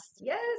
yes